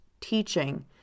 teaching